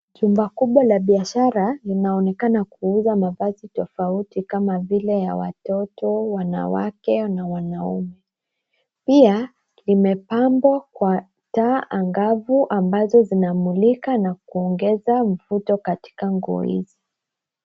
Chumba kubwa la biashara linaonekana kuuza mavazi tofauti kama vile ya watoto, wanawake na wanaume. Pia imepambwa kwa taa angavu ambazo zinamulika na kuongeza mvuto katika nguo hizo.